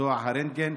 מקצוע הרנטגן.